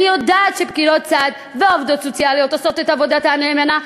אני יודעת שפקידות סעד ועובדות סוציאליות עושות את עבודתן נאמנה,